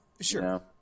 Sure